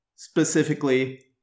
Specifically